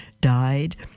died